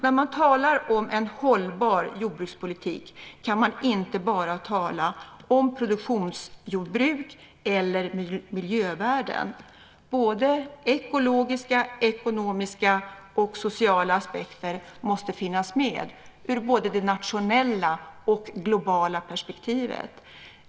När man talar om en hållbar jordbrukspolitik kan man inte bara tala om produktionsjordbruk eller miljövärden. Både ekologiska, ekonomiska och sociala aspekter måste finnas med ur både det nationella och globala perspektivet.